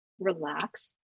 relax